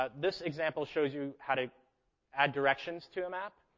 ah this example shows you how to add directions to a map.